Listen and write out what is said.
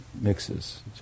mixes